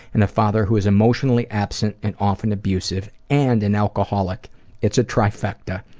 and a father who is emotionally absent and often abusive and an alcoholic it's a trifecta.